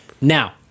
Now